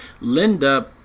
Linda